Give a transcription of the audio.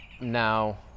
now